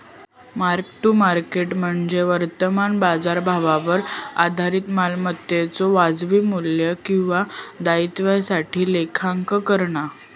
mark to market म्हणजे वर्तमान बाजारभावावर आधारित मालमत्तेच्यो वाजवी मू्ल्य किंवा दायित्वासाठी लेखांकन करणा